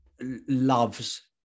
loves